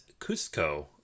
Cusco